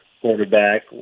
quarterback